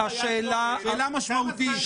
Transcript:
שאלה משמעותית.